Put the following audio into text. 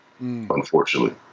Unfortunately